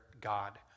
God